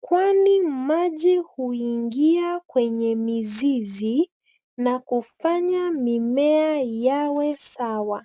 kwani maji huingia kwenye mizizi na kufanya mimea yawe sawa.